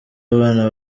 abana